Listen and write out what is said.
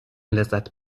لذت